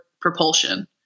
propulsion